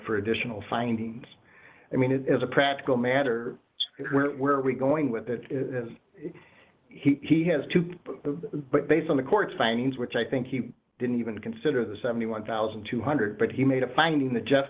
for additional findings i mean it as a practical matter where were we going with that he has to but based on the court's findings which i think he didn't even consider the seventy one thousand two hundred but he made a finding that je